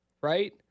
Right